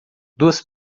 duas